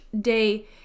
day